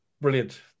brilliant